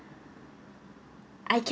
I can